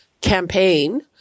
campaign